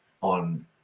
on